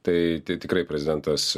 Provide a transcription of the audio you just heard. tai tai tikrai prezidentas